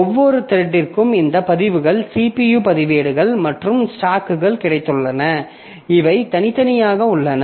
ஒவ்வொரு த்ரெட்டிற்கும் இந்த பதிவுகள் CPU பதிவேடுகள் மற்றும் ஸ்டாக்குகள் கிடைத்துள்ளன இவை தனித்தனியாக உள்ளன